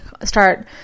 start